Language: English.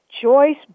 Joyce